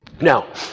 Now